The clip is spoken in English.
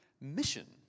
mission